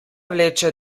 vleče